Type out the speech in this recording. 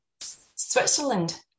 Switzerland